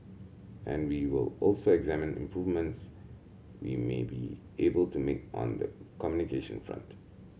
and we will also examine improvements we may be able to make on the communication front